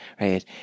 right